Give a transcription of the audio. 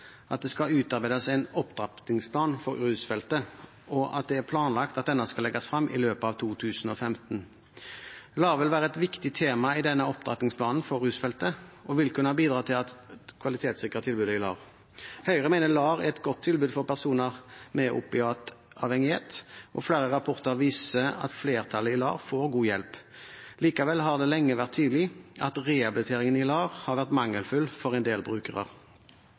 at det skal utarbeides en opptrappingsplan for rusfeltet, og at det er planlagt at den skal legges frem i løpet av 2015. LAR vil være et viktig tema i denne opptrappingsplanen for rusfeltet og vil kunne bidra til å kvalitetssikre tilbudet i LAR-ordningen. Høyre mener LAR er et godt tilbud til personer med opiatavhengighet. Flere rapporter viser at flertallet i LAR-ordningen får god hjelp. Likevel har det lenge vært tydelig at rehabiliteringsdelen i LAR har vært mangelfull for en del brukere.